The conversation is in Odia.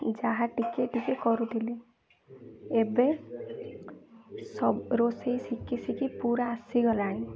ଯାହା ଟିକେ ଟିକେ କରୁଥିଲି ଏବେ ରୋଷେଇ ଶିଖି ଶିଖି ପୁରା ଆସିଗଲାଣି